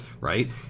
right